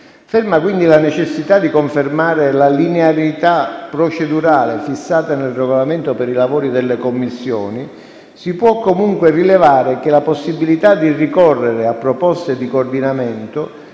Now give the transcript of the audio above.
Ferma, quindi, la necessità di confermare la linearità procedurale fissata nel Regolamento per i lavori delle Commissioni, si può comunque rilevare che la possibilità di ricorrere a proposte di coordinamento